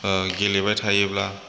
गेलेबाय थायोब्ला